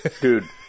Dude